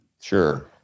Sure